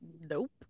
nope